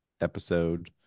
episode